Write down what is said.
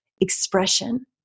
expression